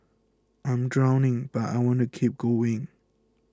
I am drowning but I want to keep going